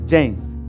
James